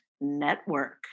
Network